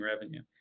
revenue